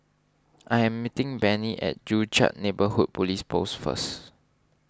I am meeting Benny at Joo Chiat Neighbourhood Police Post first